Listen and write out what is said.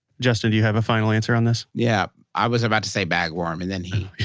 justin, do you have a final answer on this? yeah. i was about to say bagworm, and then he.